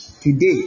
Today